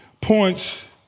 points